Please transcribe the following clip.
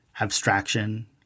abstraction